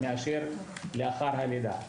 לעומת לאחר הלידה.